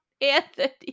Anthony